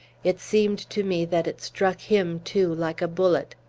it seemed to me that it struck him, too, like a bullet.